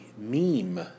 meme